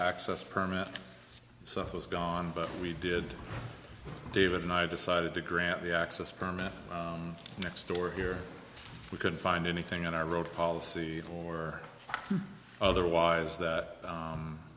access permit stuff was gone but we did david and i decided to grant the access permit next door here we couldn't find anything on our road policy or otherwise that